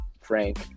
frank